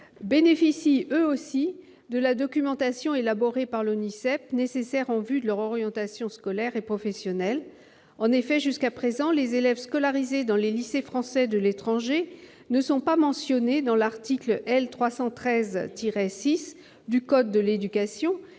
bénéficient, eux aussi, de la documentation élaborée par l'ONISEP, qui est nécessaire pour leur orientation scolaire et professionnelle. Jusqu'à présent, les élèves scolarisés dans les lycées français à l'étranger ne sont pas mentionnés dans l'article L. 313-6 du code de l'éducation,